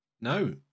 No